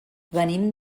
venim